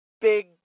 big